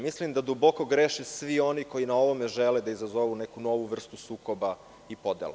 Mislim da duboko greše svi oni koji na ovome žele da izazovu neku novu vrstu sukoba i podela.